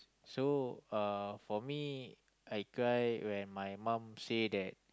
so uh for me I cry when my mom say that